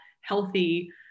healthy